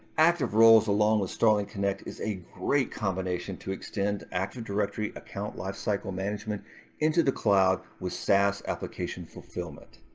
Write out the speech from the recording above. active roles along with starling connect is a great combination to extend active directory account lifecycle management into the cloud with saas application fulfillment.